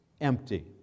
empty